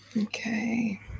okay